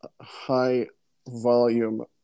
high-volume